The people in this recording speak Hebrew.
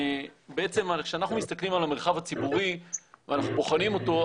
בעצם כשאנחנו מסתכלים על המרחב הציבורי ואנחנו בוחנים אותו,